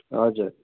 हजुर